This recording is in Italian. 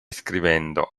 scrivendo